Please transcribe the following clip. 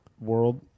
world